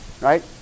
Right